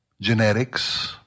genetics